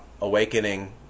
awakening